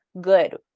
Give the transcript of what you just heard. good